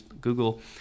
Google